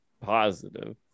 positive